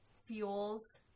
Fuels